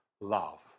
love